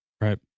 Right